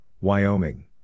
Wyoming